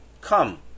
come